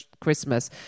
Christmas